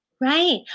right